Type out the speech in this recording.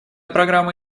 программа